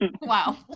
Wow